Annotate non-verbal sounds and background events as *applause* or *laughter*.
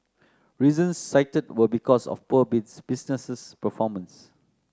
reasons cited were because of poor *unintelligible* businesses performance